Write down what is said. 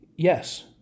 Yes